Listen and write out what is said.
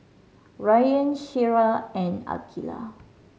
Rayyan Syirah and Aqilah